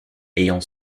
ayant